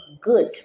good